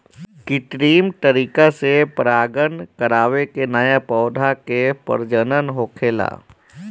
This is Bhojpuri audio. कित्रिम तरीका से परागण करवा के नया पौधा के प्रजनन होखेला